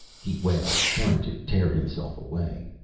he wailed, trying to tear himself away.